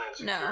no